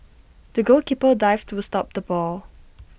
the goalkeeper dived to stop the ball